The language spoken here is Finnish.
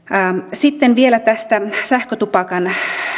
sitten vielä tästä sähkötupakan